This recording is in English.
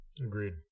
Agreed